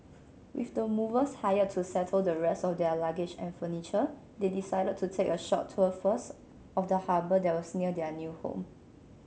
with the movers hired to settle the rest of their luggage and furniture they decided to take a short tour first of the harbour that was near their new home